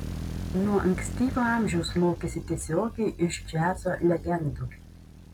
nuo ankstyvo amžiaus mokėsi tiesiogiai iš džiazo legendų